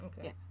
Okay